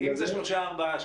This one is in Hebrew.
אם זה שלושה-ארבעה שקפים.